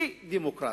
ו"דמוקרטית".